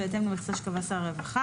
בהתאם למכסה שקבע שר הרווחה